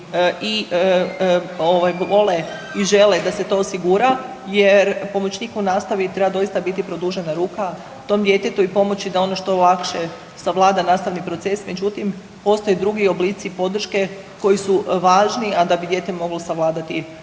vole i žele da se to osigura jer pomoćnik u nastavi treba doista biti produžena ruka tom djetetu i pomoći da ono što lakše savlada nastavni proces. Međutim, postoje drugi oblici podrške koji su važni, a da bi dijete moglo savladati